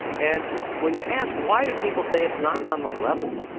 and when you ask why do people say it's not on the level?